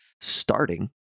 starting